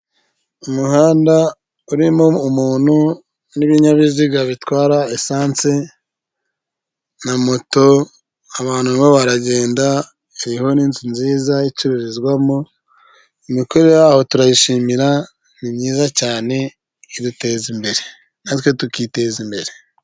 Umuhanda urimo umuntu n'ibinyabiziga bitwara essansi na moto, abantu bo baragenda, iriho n'inzu nziza icururizwamo, imikorere yaho turayishimira ni myiza cyane iduteza imbere natwe tukiteza imbere.